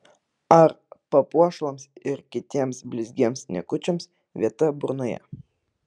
ar papuošalams ir kitiems blizgiems niekučiams vieta burnoje